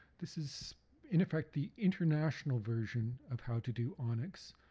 this is in effect the international version of how to do onix.